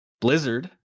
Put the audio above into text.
Blizzard